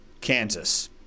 Kansas